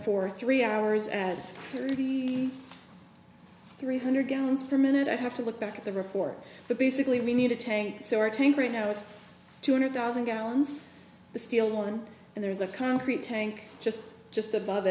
for three hours and thirty three hundred gallons per minute i have to look back at the report but basically we need a tank so our tank right now is two hundred thousand gallons the steel one and there's a concrete tank just just above